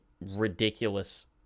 ridiculous